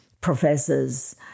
professors